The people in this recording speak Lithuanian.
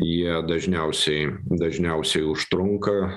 jie dažniausiai dažniausiai užtrunka